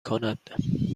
کند